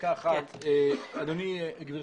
אדוני ראש העיר,